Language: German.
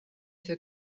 für